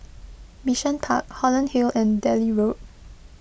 Bishan Park Holland Hill and Delhi Road